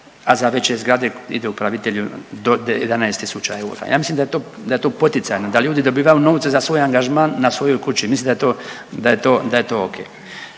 a za veće zgrade ide upravitelju do 11.000 eura. Ja mislim da je to poticajno, da ljudi dobivaju novce za svoj angažman na svojoj kući mislim da je to ok.